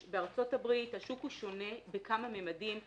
בארצות הברית השוק הוא שונה בכמה ממדים.